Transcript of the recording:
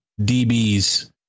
DBs